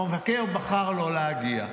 המבקר בחר לא להגיע.